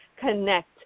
connect